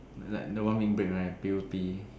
like like the one week break right P_O_P